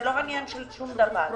זה עניין בירוקרטי.